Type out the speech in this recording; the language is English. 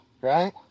right